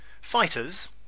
Fighters